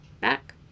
back